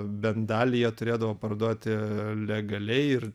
bent dalį jie turėdavo parduoti legaliai ir